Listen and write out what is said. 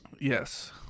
yes